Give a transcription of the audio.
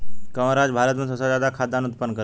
कवन राज्य भारत में सबसे ज्यादा खाद्यान उत्पन्न करेला?